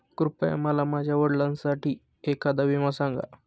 कृपया मला माझ्या वडिलांसाठी एखादा विमा सांगा